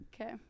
okay